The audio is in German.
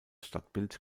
stadtbild